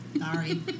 sorry